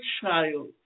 child